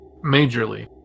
majorly